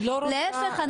להיפך,